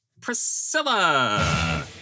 Priscilla